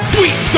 Sweet